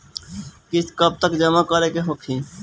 किस्त कब तक जमा करें के होखी?